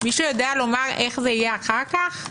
מישהו יודע לומר איך זה יהיה אחר כך?